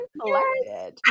collected